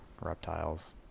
reptiles